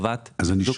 אם עשו